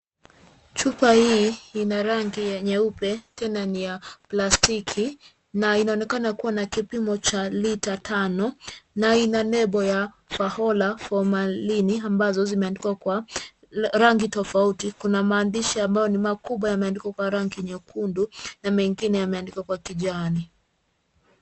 Chupa hii ina rangi ya nyeupe tena ni ya plastiki na inaonekana kuwa na kipimo cha 5litre na ina nembo ya fahola fomalini ambazo zimeandikwa kwa rangi tofauti. Kuna maandishi ambayo ni makubwa yameandikwa kwa rangi nyekundu na mengine yameandikwa kwa kijani.